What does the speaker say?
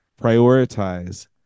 prioritize